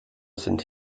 sind